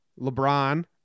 LeBron